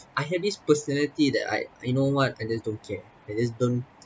I had this personality that I you know what I just don't care I just don't